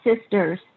sisters